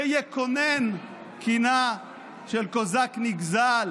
ויקונן קינה של קוזק נגזל